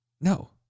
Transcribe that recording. No